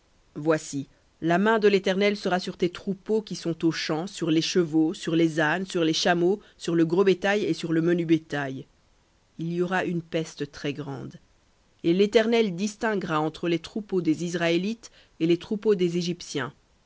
voici la main de l'éternel sera sur tes troupeaux qui sont aux champs sur les chevaux sur les ânes sur les chameaux sur le gros bétail et sur le menu bétail il y aura une peste très-grande et l'éternel distinguera entre les troupeaux des israélites et les troupeaux des égyptiens